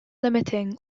limiting